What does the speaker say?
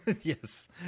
Yes